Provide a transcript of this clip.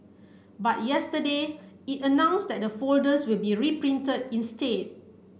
but yesterday it announced that the folders will be reprinted instead